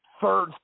third